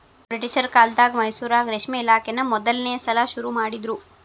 ಬ್ರಿಟಿಷರ ಕಾಲ್ದಗ ಮೈಸೂರಾಗ ರೇಷ್ಮೆ ಇಲಾಖೆನಾ ಮೊದಲ್ನೇ ಸಲಾ ಶುರು ಮಾಡಿದ್ರು